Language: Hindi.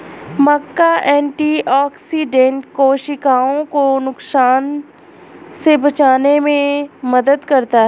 मक्का एंटीऑक्सिडेंट कोशिकाओं को नुकसान से बचाने में मदद करता है